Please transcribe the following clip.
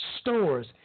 stores